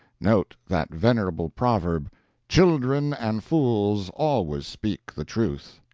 note that venerable proverb children and fools always speak the truth.